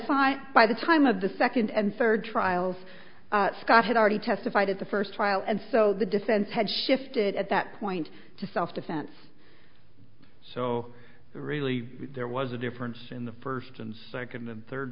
side by the time of the second and third trials scott had already testified at the first trial and so the defense had shifted at that point to self defense so really there was a difference in the first and second and third